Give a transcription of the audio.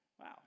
Wow